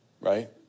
right